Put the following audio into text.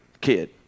kid